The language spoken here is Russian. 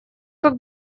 как